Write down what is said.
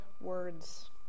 words